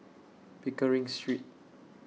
Pickering Street